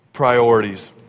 priorities